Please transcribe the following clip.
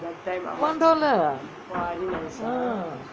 one dollar